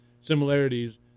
similarities